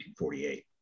1948